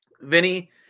Vinny